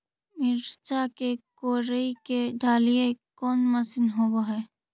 मिरचा के कोड़ई के डालीय कोन मशीन होबहय?